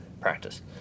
practice